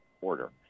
order